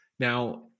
Now